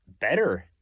better